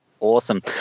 Awesome